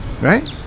Right